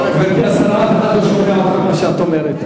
גברתי השרה, אף אחד לא שומע מה שאת אומרת.